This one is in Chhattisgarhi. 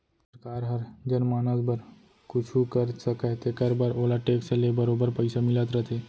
सरकार हर जनमानस बर कुछु कर सकय तेकर बर ओला टेक्स ले बरोबर पइसा मिलत रथे